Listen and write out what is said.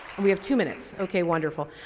we have two minutes. okay, wonderful.